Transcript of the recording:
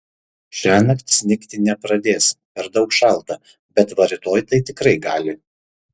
šiąnakt snigti nepradės per daug šalta bet va rytoj tai tikrai gali